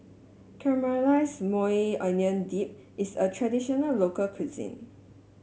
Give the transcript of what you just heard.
Caramelized Maui Onion Dip is a traditional local cuisine